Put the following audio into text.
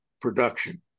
production